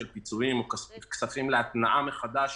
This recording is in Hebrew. כמו פיצויים וכספים להתנעה מחדש